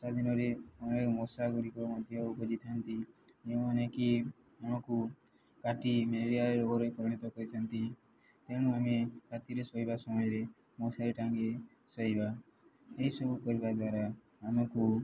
ଦିନରେ ଅନେକ ମଶା ଗୁଡ଼ିକ ମଧ୍ୟ ଉପଜିଥାନ୍ତି ଯେଉଁମାନେ କି ଆମକୁ କାଟି ମ୍ୟାଲେରିଆ ରୋଗରେ ପରିଣିତ କରିଥାନ୍ତି ତେଣୁ ଆମେ ରାତିରେ ଶୋଇବା ସମୟରେ ମଶାର ଟାଙ୍ଗି ଶୋଇବା ଏହିସବୁ କରିବା ଦ୍ୱାରା ଆମକୁ